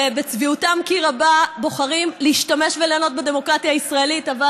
שבצביעותם כי רבה בוחרים להשתמש בדמוקרטיה הישראלית וליהנות ממנה,